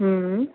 હમ હમ